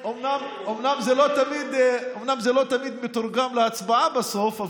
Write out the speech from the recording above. אומנם זה לא תמיד מתורגם להצבעה בסוף,